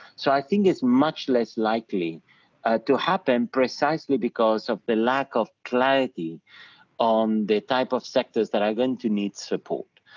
so i think it's much less likely to happen precisely because of the lack of clarity on the type of sectors that are going to need support.